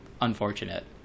unfortunate